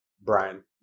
Brian